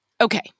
okay